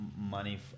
money